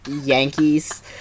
Yankees